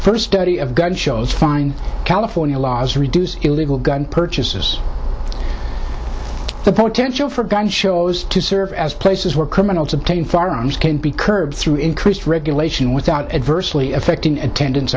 first study of gun shows fine california laws reduce illegal gun purchases the potential for gun shows to serve as places where criminals obtain foreigners can be curbed through increased regulation without adversely affecting attendance